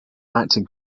acting